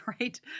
right